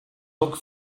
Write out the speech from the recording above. look